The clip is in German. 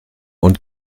und